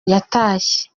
yatashye